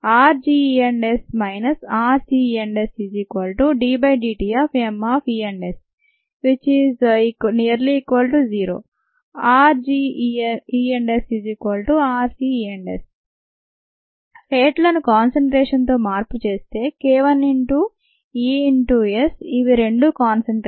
rgES rcESdmESdt≅0 rgESrcES రేట్లను కానసన్ట్రేషన్లతో మార్పు చేస్తే k1 into E into S ఇవి రెండు కానసన్ట్రేషన్లే